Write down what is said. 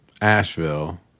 Asheville